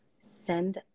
send